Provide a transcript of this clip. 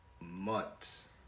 Months